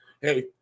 hey